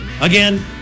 Again